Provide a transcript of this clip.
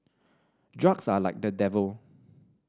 drugs are like the devil